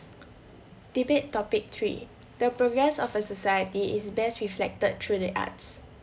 debate topic three the progress of a society is best reflected through the arts